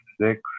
six